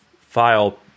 file